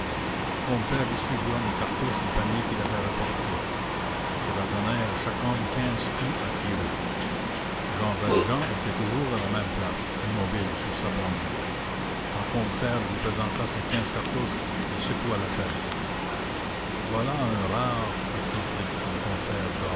combeferre distribua les cartouches du panier qu'il avait rapporté cela donnait à chaque homme quinze coups à tirer jean valjean était toujours à la même place immobile sur sa borne quand combeferre lui présenta ses quinze cartouches il secoua la tête voilà un rare